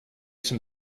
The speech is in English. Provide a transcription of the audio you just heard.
some